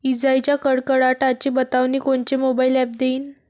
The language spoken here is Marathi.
इजाइच्या कडकडाटाची बतावनी कोनचे मोबाईल ॲप देईन?